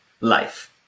life